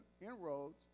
inroads